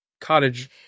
cottage